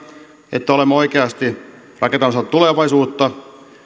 että olemme oikeasti rakentamassa tulevaisuutta